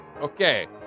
Okay